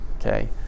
okay